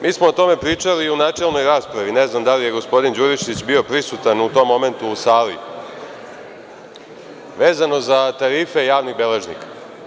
Mi smo o tome pričali i u načelnoj raspravi, ne znam da li je gospodin Đurišić bio prisutan u tom momentu u sali, vezano za tarife javnih beležnika.